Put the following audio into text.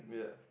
yeah